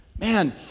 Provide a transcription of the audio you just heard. Man